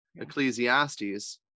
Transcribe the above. Ecclesiastes